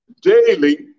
daily